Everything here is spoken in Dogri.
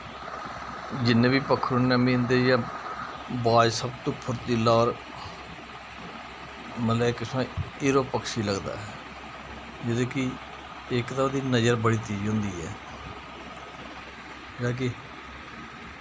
जिन्ने बी पक्खरू न मीं इं'दे चा बाज़ सब तो फुर्तीला होर मतलब इक किसम दा हीरा पक्षी लगदा ऐ जेह्ड़ा कि इक तां ओह्दी नज़र बड़ी तेज़ होंदी ऐ मतलब कि